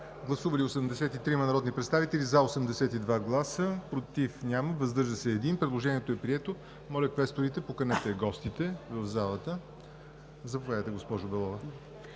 Гласували 83 народни представители: за 82, против няма, въздържал се 1. Предложението е прието. Моля, квесторите, поканете гостите в залата. Заповядайте, госпожо Белова.